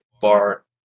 bar